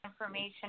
information